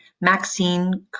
Maxine